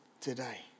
today